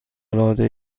العاده